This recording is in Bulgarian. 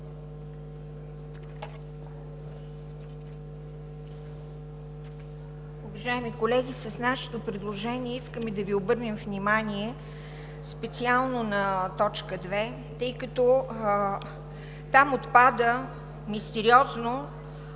Уважаеми колеги, с нашето предложение искаме да Ви обърнем внимание специално на т. 2, тъй като там отпада мистериозно